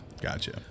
Gotcha